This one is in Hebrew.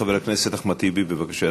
חבר הכנסת אחמד טיבי, בבקשה,